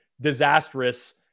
disastrous